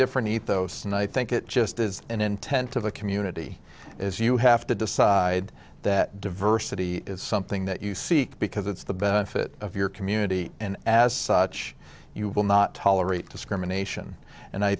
different eat those and i think it just is an intent of the community is you have to decide that diversity is something that you seek because it's the benefit of your community and as such you will not tolerate discrimination and i